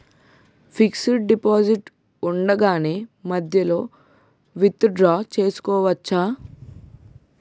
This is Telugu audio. ఫిక్సడ్ డెపోసిట్ ఉండగానే మధ్యలో విత్ డ్రా చేసుకోవచ్చా?